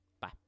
Bye